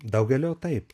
daugelio taip